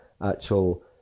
actual